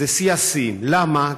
זה היה שיא השיאים, למה?